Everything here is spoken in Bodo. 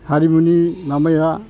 हारिमुनि मामाया